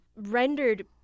rendered